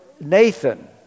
Nathan